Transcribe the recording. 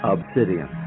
Obsidian